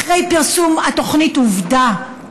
אחרי פרסום התוכנית עובדה,